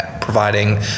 providing